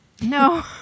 No